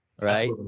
right